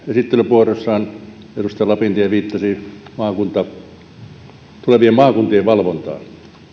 esittelypuheenvuorossaan edustaja lapintie viittasi tulevien maakuntien valvontaan